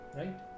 right